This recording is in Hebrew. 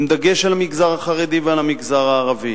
עם דגש על המגזר החרדי ועל המגזר הערבי.